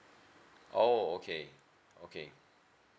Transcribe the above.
oh okay okay